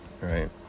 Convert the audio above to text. right